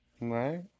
right